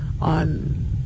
on